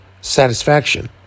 satisfaction